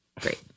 Great